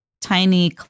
tiny